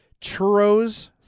churros